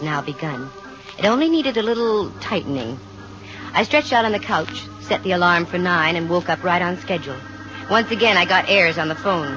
now because it only needed a little tightening i stretched out on the couch set the alarm for nine and woke up right on schedule once again i got errors on the phone